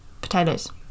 potatoes